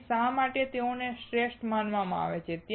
તેથી શા માટે તેઓને શ્રેષ્ઠ માનવામાં આવે છે